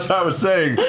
i was saying,